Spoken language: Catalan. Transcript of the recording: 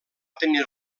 tenir